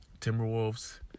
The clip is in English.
Timberwolves